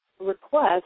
request